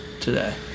today